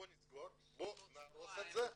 בוא נסגור, בוא נהרוס את זה,